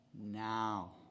now